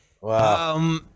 Wow